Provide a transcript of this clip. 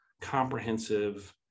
comprehensive